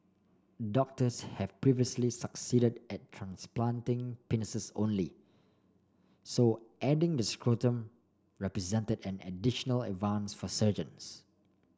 doctors have previously succeeded at transplanting penises only so adding the scrotum represented an additional advance for surgeons